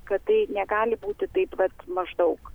kad tai negali būti taip vat maždaug